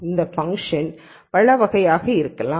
இந்த ஃபங்ஷன் பல வகைகளாக இருக்கலாம்